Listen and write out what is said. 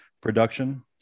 production